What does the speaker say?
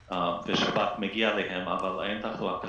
והשב"כ מגיע אליהם אבל אין תחלואה קשה,